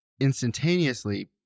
instantaneously